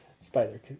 Spider